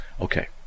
okay